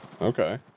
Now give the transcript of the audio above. okay